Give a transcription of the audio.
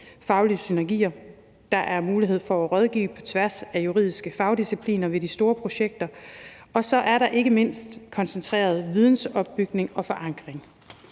faglige synergier, der er mulighed for at rådgive på tværs af juridiske fagdiscipliner ved de store projekter, og så er der ikke mindst koncentreret vidensopbygning og -forankring.